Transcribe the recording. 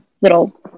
little